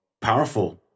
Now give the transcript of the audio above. powerful